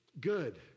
good